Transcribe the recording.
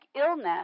illness